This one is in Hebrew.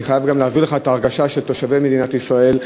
אני חייב להביא לך את ההרגשה של תושבי מדינת ישראל,